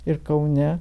ir kaune